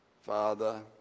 Father